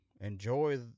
Enjoy